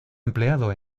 empleado